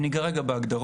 אם ניגע רגע בהגדרות,